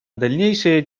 дальнейшее